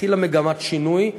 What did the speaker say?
התחילה מגמת שינוי.